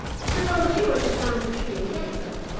suppose you were to climb the tree and get some.